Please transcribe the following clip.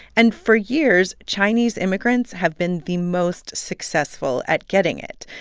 and for years, chinese immigrants have been the most successful at getting it.